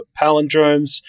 palindromes